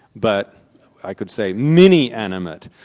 but i could say mini-animate,